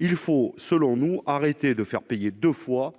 Il faut, selon nous, arrêter de faire payer deux fois